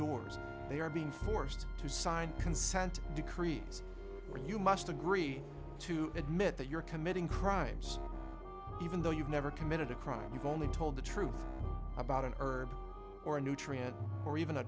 doors they are being forced to sign a consent decrees where you must agree to admit that you're committing crimes even though you've never committed a crime you've only told the truth about an herb or a nutrient or even a